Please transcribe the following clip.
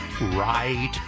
right